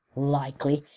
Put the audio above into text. likely!